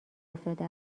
افتاده